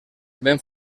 ben